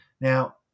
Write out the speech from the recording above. Now